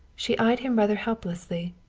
she eyed him rather helplessly.